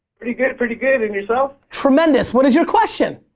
pretty good, pretty good and yourself? tremendous. what is your question?